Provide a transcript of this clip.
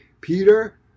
Peter